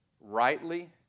rightly